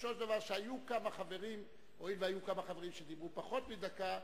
פירושו של דבר שהואיל והיו כמה חברים שדיברו פחות מדקה,